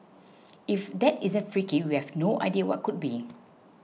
if that isn't freaky we have no idea what could be